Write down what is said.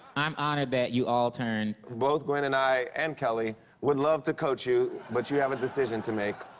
i'm honored that you all turned. both gwen and i and kelly would love to coach you, but you have a decision to make.